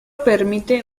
permite